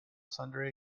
sundry